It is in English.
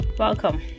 Welcome